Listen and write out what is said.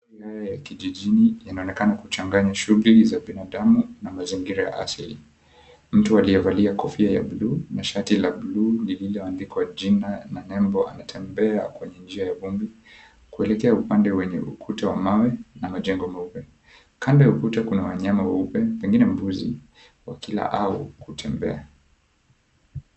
Mawe ya kijijini yanaonekana kuchanganya shughuli za binadamu na mazingira asili. Mtu aliyevalia kofia ya buluu na shati la buluu lililoandikwa jina na nembo, anatembea kwenye njia ya vumbi kuelekea upande wenye ukuta wa mawe na majengo meupe. Kando ya ukuta kuna wanyama weupe pengine mbuzi wakila au kutembea.